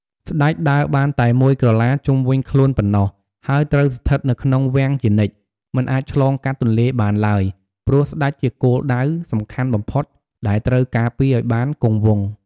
ស្តេច ដើរបានតែមួយក្រឡាជុំវិញខ្លួនប៉ុណ្ណោះ ហើយត្រូវស្ថិតនៅក្នុង វាំង ជានិច្ច មិនអាចឆ្លងកាត់ទន្លេបានឡើយ ព្រោះស្តេចជាគោលដៅសំខាន់បំផុតដែលត្រូវការពារឱ្យបានគង់វង្ស។